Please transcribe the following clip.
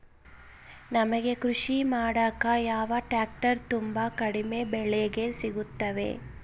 ನಮಗೆ ಕೃಷಿ ಮಾಡಾಕ ಯಾವ ಟ್ರ್ಯಾಕ್ಟರ್ ತುಂಬಾ ಕಡಿಮೆ ಬೆಲೆಗೆ ಸಿಗುತ್ತವೆ?